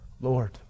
Lord